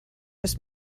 just